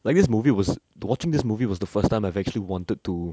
like this movie was watching this movie was the first time I've actually wanted to